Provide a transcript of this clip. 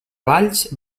valls